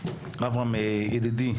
אברהם ידידי,